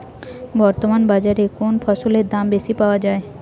বর্তমান বাজারে কোন ফসলের দাম বেশি পাওয়া য়ায়?